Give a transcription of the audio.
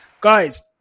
Guys